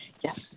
Yes